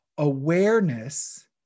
Awareness